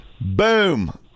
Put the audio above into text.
boom